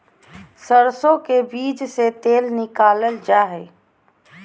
सरसो के बीज से तेल निकालल जा हई